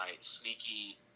sneaky